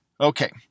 Okay